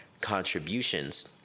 contributions